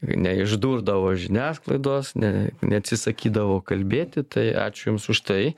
neišdurdavo žiniasklaidos ne neatsisakydavo kalbėti tai ačiū jums už tai